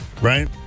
right